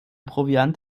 proviant